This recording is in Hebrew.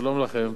שלום לכם.